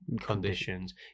conditions